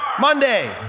Monday